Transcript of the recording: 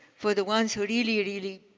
for the ones who really, really,